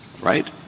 right